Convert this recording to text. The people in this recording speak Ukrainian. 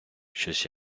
щось